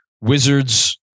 Wizards